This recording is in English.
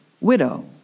widow